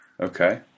Okay